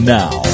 now